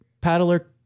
paddler